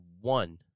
one